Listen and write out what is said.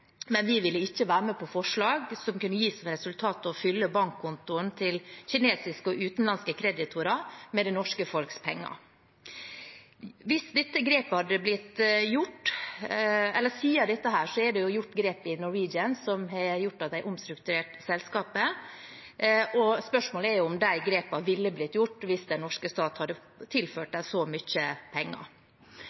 men vi ville ikke være med på forslag som kunne gi som resultat å fylle bankkontoen til kinesiske og utenlandske kreditorer med det norske folks penger. Siden den gang er det tatt grep i Norwegian, de har omstrukturert selskapet. Spørsmålet er om de grepene ville blitt gjort hvis den norske stat hadde tilført dem så mye penger.